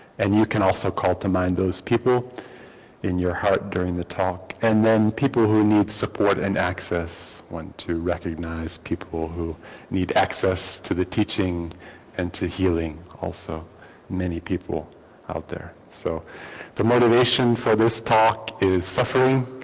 and you can also call to mind those people in your heart during the talk. and then people who need support and access. i want to recognize people who need access to the teaching and to healing also many people out there. so the motivation for this talk is suffering.